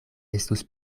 estus